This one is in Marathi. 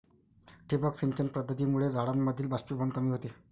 ठिबक सिंचन पद्धतीमुळे झाडांमधील बाष्पीभवन कमी होते